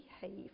behave